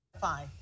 Fine